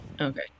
okay